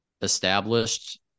established